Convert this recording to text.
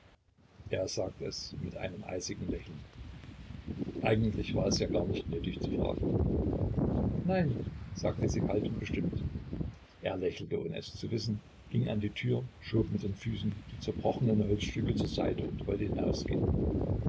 er sagte es mit einem eisigen lächeln eigentlich war es ja gar nicht nötig zu fragen nein sagte sie kalt und bestimmt er lächelte ohne es zu wissen ging an die tür schob mit den füßen die zerbrochenen holzstücke zur seite und wollte hinausgehen